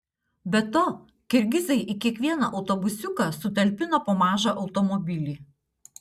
be to kirgizai į kiekvieną autobusiuką sutalpina po mažą automobilį